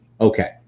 Okay